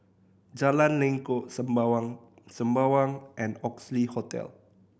Jalan Lengkok Sembawang Sembawang and Oxley Hotel